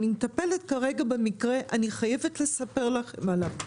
אני מטפלת כרגע במקרה, אני חייבת לספר לכם עליו: